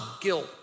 guilt